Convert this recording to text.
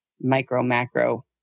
micro-macro